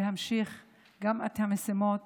להמשיך גם את המשימות